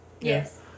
yes